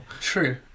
True